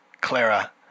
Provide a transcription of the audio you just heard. Clara